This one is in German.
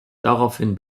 daraufhin